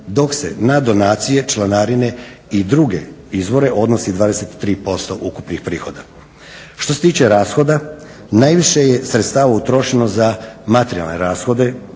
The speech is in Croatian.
dok se na donacije, članarine i druge izvore odnosi 23% ukupnih prihoda. Što se tiče rashoda, najviše je sredstava utrošeno za materijalne rashode